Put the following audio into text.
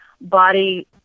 body